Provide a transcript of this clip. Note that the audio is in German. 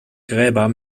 gräber